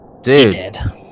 dude